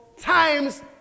times